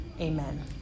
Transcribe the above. Amen